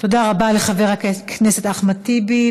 תודה רבה לחבר הכנסת אחמד טיבי.